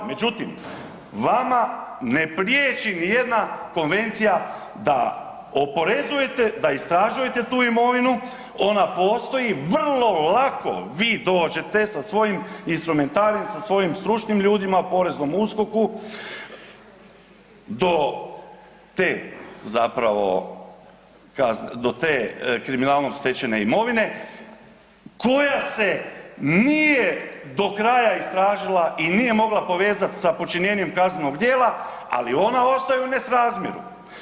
Međutim vama ne prijeći ni jedna konvencija da oporezujete, da istražujete tu imovinu, ona postoji, vrlo lako vi dođete sa svojim instrumentarijem, sa svojim stručnim ljudima poreznom USKOK-u do te zapravo, do te kriminalom stečene imovine koja se nije do kraja istražila i nije mogla povezati sa počinjenjem kaznenog dijela ali ona ostaje u nesrazmjeru.